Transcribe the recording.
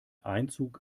einzug